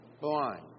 blind